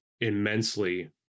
immensely